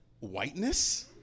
Whiteness